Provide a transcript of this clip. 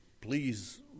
please